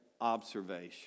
observation